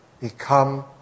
become